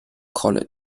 college